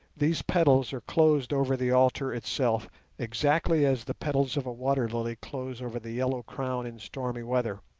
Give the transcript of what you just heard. these petals are closed over the altar itself exactly as the petals of a water-lily close over the yellow crown in stormy weather